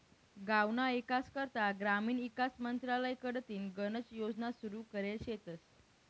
गावना ईकास करता ग्रामीण ईकास मंत्रालय कडथीन गनच योजना सुरू करेल शेतस